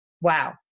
Wow